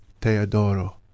Teodoro